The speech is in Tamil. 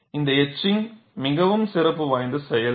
இந்த எட்சிங்க் மிகவும் சிறப்பு வாய்ந்த செயல்